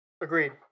Agreed